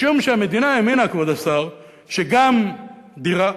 משום שהמדינה הבינה שגם דירה,